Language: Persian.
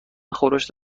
خورشت